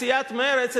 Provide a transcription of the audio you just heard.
את סיעת מרצ,